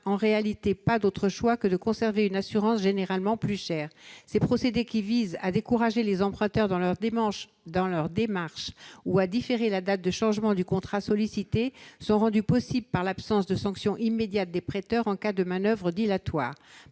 en réalité pas d'autre choix que de conserver une assurance généralement plus chère. Ces procédés, qui visent à décourager les emprunteurs dans leurs démarches ou à différer la date de changement du contrat sollicité, sont rendus possibles par l'absence de sanction immédiate des prêteurs en cas de manoeuvres dilatoires.